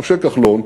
משה כחלון,